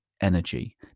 energy